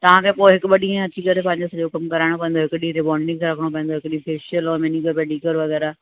तव्हांखे पोइ हिकु ॿ ॾींहं अची करे पंहिंजो सॼो कमु कराइणो पवंदो हिकु ॾींहुं रिबोंडिंग जो रखिणो पवंदो हिकु ॾींहुं फ़ैशियल और मेनीक्योर पेडीक्योर वग़ैरह